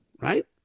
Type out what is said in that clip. right